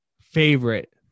favorite